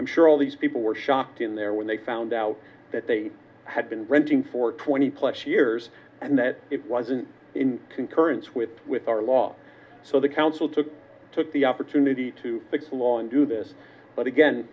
i'm sure all these people were shocked in there when they found out that they had been renting for twenty plus years and that it wasn't in concurrence with with our law so the council took took the opportunity to fix the law and do this but again